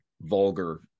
vulgar